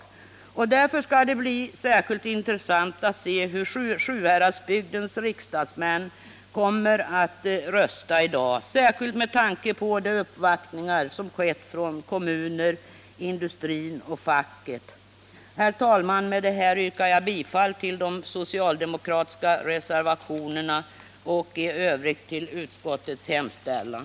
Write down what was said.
Det skall därför, och med tanke på de uppvaktningar som skett från kommuner, industrin och facket, bli intressant att se hur Sjuhäradsbygdens riksdagsmän kommer att rösta i dag. Herr talman! Med detta yrkar jag bifall till de socialdemokratiska reservationerna och i övrigt bifall till utskottets hemställan.